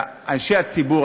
אנשי הציבור,